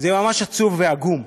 זה ממש עצוב ועגום.